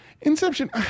Inception